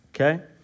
okay